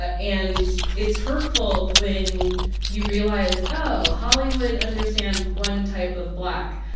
ah and it's hurtful when you realize oh, hollywood understands one type of black.